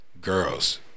girls